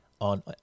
on